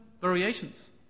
variations